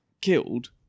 killed